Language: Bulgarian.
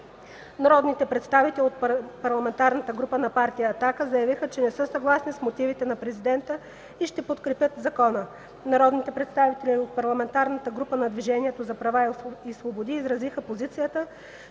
Народните представители от Парламентарната група на Партия „Атака” заявиха, че не са съгласни с мотивите на Президента и ще подкрепят закона. Народните представители от Парламентарната група на Движението за права и свободи изразиха позицията,